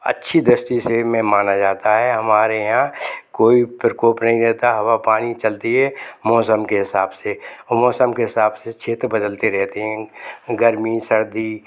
अच्छी दृष्टि से में माना जाता है हमारे यहाँ कोई प्रकोप नहीं रहता हवा पानी चलती है मौसम के हिसाब से और मौसम के हिसाब से क्षेत्र बदलते रहते हैं गर्मी सर्दी